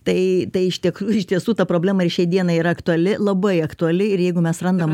tai tai iš tiek iš tiesų ta problema ir šiai dienai yra aktuali labai aktuali ir jeigu mes randam